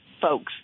folks